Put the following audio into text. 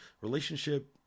relationship